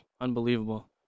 Unbelievable